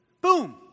Boom